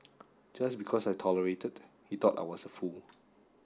just because I tolerated he thought I was a fool